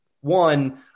one